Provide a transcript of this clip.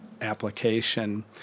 application